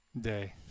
day